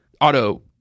auto